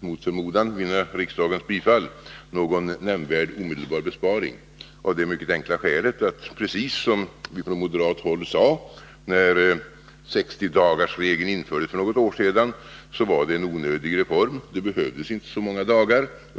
mot förmodan skulle vinna riksdagens bifall — någon nämnvärd besparing omedelbart. Precis som vi från moderat håll sade när 60-dagarsregeln infördes för något år sedan var det en onödig reform — det behövdes inte så många dagar.